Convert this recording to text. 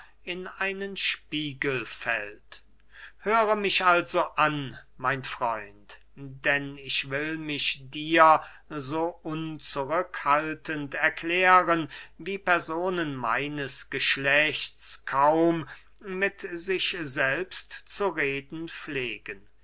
in einen spiegel fällt höre mich also an mein freund denn ich will mich dir so unzurückhaltend erklären wie personen meines geschlechts kaum mit sich selbst zu reden pflegen